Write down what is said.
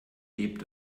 lebt